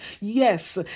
Yes